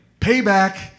payback